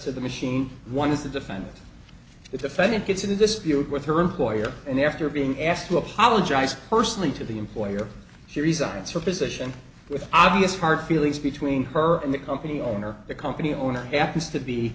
to the machine one is the defendant the defendant gets in a dispute with her employer and after being asked to apologize personally to the employer she resigns her position with obvious hard feelings between her and the company owner the company owner happens to be